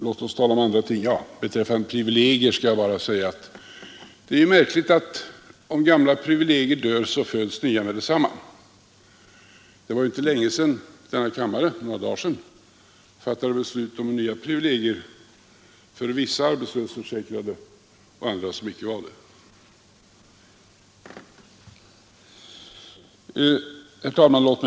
Vad privilegierna angår skall jag bara säga att det är märkligt, att när gamla privilegier dör föds nya med detsamma. Det är ju inte mer än några dagar sedan vi i denna kammare fattade beslut om nya privilegier för vissa arbetslöshetsförsäkrade men inte för andra som inte var försäkrade.